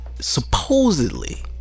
supposedly